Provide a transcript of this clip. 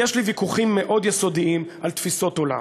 יש לי ויכוחים מאוד יסודיים על תפיסות עולם,